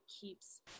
keeps